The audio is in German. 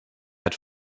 hat